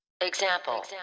example